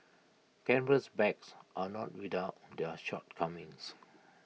canvas bags are not without their shortcomings